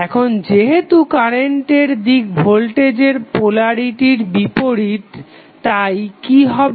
এখন যেহেতু কারেন্টের দিক ভোল্টেজের পোলারিটির বিপরীত তাই কি হবে